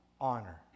honor